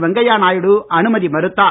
வெங்கைய நாயுடு அனுமதி மறுத்தார்